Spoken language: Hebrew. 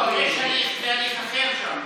לא, זה הליך אחר שם.